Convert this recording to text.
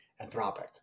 Anthropic